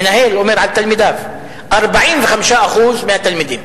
מנהל אומר על תלמידיו, 45% מהתלמידים.